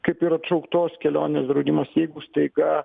kaip ir atšauktos kelionės draudimas jeigu staiga